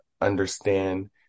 understand